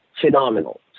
phenomenal